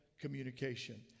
communication